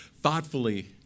Thoughtfully